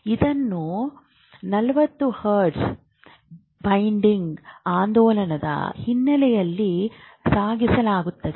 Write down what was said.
ಇದನ್ನು 40 hertz binding ಆಂದೋಲನದ ಹಿನ್ನೆಲೆಯಲ್ಲಿ ಸಾಗಿಸಲಾಗುತ್ತದೆ